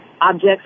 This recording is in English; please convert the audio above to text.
objects